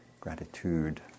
Gratitude